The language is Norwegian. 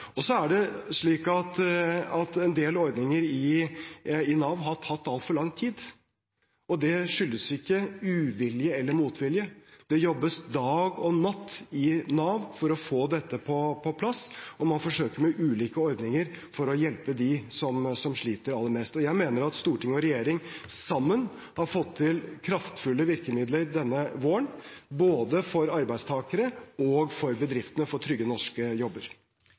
Så er det slik at en del ordninger i Nav har tatt altfor lang tid, og det skyldes ikke uvilje eller motvilje. Det jobbes dag og natt i Nav for å få dette på plass, og man forsøker med ulike ordninger å hjelpe dem som sliter aller mest. Jeg mener at storting og regjering sammen har fått til kraftfulle virkemidler denne våren, både for arbeidstakerne og for bedriftene, for trygge norske jobber.